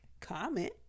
comment